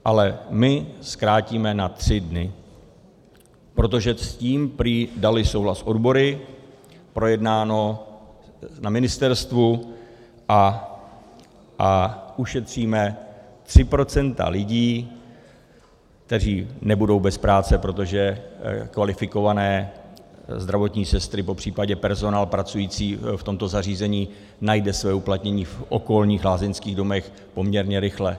Ale my zkrátíme na tři dny, protože s tím prý daly souhlas odbory, projednáno na ministerstvu a ušetříme 3 % lidí, kteří nebudou bez práce, protože kvalifikované zdravotní sestry, popřípadě personál pracující v tomto zařízení, najdou své uplatnění v okolních lázeňských domech poměrně rychle.